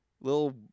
Little